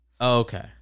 Okay